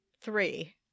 Three